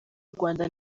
rwanda